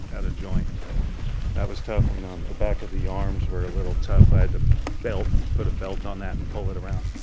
and joint, but that was tough. and um the back of the arms were a little tough. i had to belt, put a belt on that and pull it around.